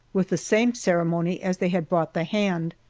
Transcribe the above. with the same ceremony as they had brought the hand.